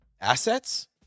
assets